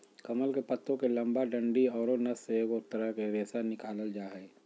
कमल के पत्तो के लंबा डंडि औरो नस से एगो तरह के रेशा निकालल जा हइ